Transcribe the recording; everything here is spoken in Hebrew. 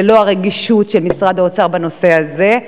ללא הרגישות של משרד האוצר בנושא הזה,